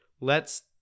lets